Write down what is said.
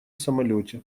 самолете